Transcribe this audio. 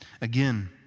Again